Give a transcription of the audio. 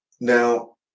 Now